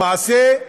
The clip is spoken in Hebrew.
למעשה,